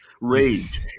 Rage